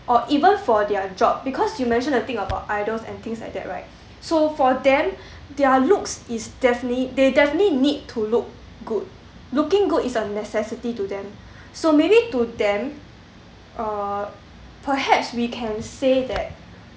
or even for their job because you mentioned the thing about idols and things like that right so for them their looks is definitely they definitely need to look good looking good is a necessity to them so maybe to them uh perhaps we can say that